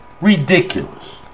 ridiculous